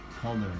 color